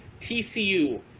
TCU